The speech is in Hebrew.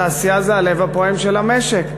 התעשייה זה הלב הפועם של המשק.